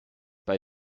bei